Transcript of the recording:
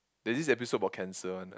there's this episode about cancer one